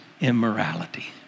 immorality